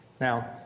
Now